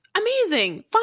amazing